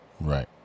Right